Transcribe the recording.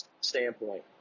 standpoint